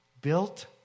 built